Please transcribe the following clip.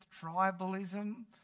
tribalism